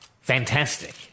fantastic